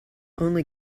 only